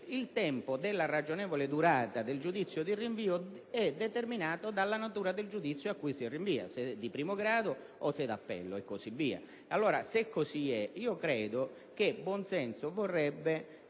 il tempo della ragionevole durata del giudizio di rinvio è determinato dalla natura del giudizio a cui si rinvia, se di primo grado o se d'appello e così via. Allora, se così è, ritengo che buon senso vorrebbe